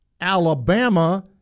Alabama